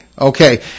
Okay